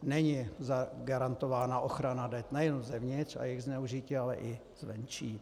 Není garantována ochrana dat nejenom zevnitř a jejich zneužití, ale i zvenčí.